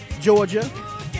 georgia